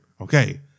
Okay